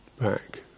back